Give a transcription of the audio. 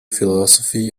philosophy